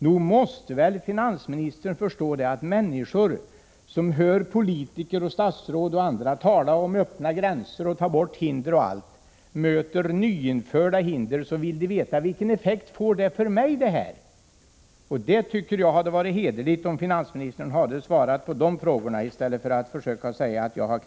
Nog måste väl finansministern förstå att människor som hör statsråd och andra politiker tala om öppna gränser och om att man skall ta bort hinder och som samtidigt finner att nya hinder införs vill veta vilken effekt detta får för dem själva. Jag tycker att det hade varit hederligt om finansministern hade svarat på de frågorna i stället för att säga att jag bett att få veta vilka effekterna blir.